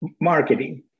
marketing